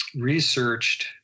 researched